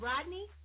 Rodney